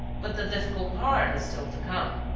but the difficult part is still to come!